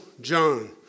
John